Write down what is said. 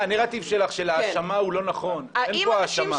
הנרטיב שלך של האשמה הוא לא נכון, אין פה האשמה.